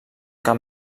cap